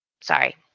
sorry